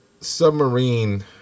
submarine